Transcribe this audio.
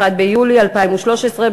1 ביולי 2013,